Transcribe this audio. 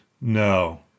No